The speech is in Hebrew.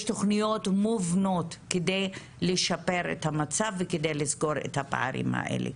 תוכניות מובנות כדי לשפר את המצב וכדי לסגור את הפערים האלה.